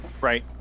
Right